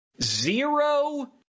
zero